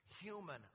human